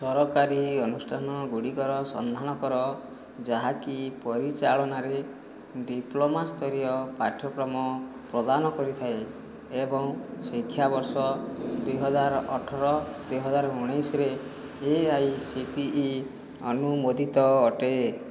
ସରକାରୀ ଅନୁଷ୍ଠାନଗୁଡ଼ିକର ସନ୍ଧାନ କର ଯାହାକି ପରିଚାଳନାରେ ଡିପ୍ଲୋମା ସ୍ତରୀୟ ପାଠ୍ୟକ୍ରମ ପ୍ରଦାନ କରିଥାଏ ଏବଂ ଶିକ୍ଷାବର୍ଷ ଦୁଇହଜାର ଅଠର ଦୁଇହଜାର ଉଣେଇଶରେ A I C T E ଅନୁମୋଦିତ ଅଟେ